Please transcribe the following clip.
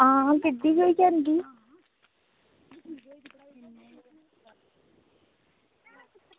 आं गड्डी बी जंदी